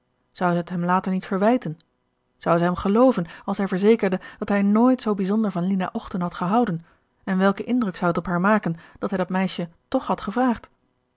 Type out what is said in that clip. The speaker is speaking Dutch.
zij het hem later niet verwijten zou zij hem gelooven als hij verzekerde dat hij nooit zoo bijzonder van lina ochten had gehouden en welken indruk zou het op haar maken dat hij dat meisje toch had gevraagd